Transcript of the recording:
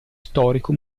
storico